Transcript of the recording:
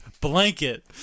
blanket